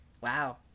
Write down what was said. Wow